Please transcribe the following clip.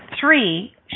three